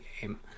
game